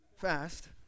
fast